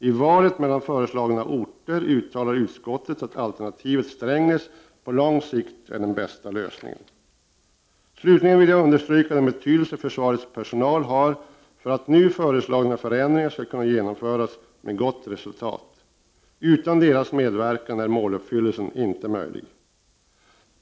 I valet mellan föreslagna orter uttalar utskottet att alternativet lokalisering till Strängnäs på lång sikt är den bästa lösningen. Slutligen vill jag understryka den betydelse försvarets personal har för att nu föreslagna förändringar skall kunna genomföras med gott resultat. Utan deras medverkan är måluppfyllelsen inte möjlig.